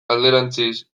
alderantziz